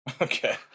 Okay